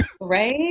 Right